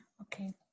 okay